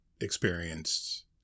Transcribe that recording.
experienced